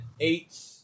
eight